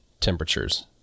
temperatures